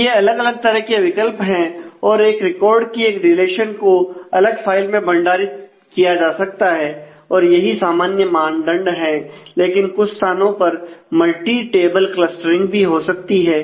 तो ये अलग अलग तरह के विकल्प हैं और एक रिकॉर्ड कि एक रिलेशन को अलग फाइल में भंडारित किया जा सकता है और यही सामान्य मानदंड है लेकिन कुछ स्थानों पर मल्टी टेबल क्लस्टरिंग भी हो सकती है